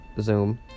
Zoom